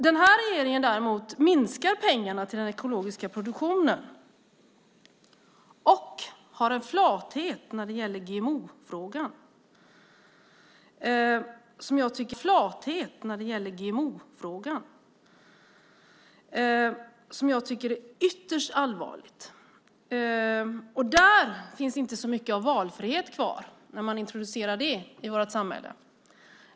Den här regeringen däremot minskar pengarna till den ekologiska produktionen och har en flathet när det gäller GMO-frågan som jag tycker är ytterst allvarlig. Där finns inte så mycket av valfrihet kvar när man introducerar det i vårt samhälle.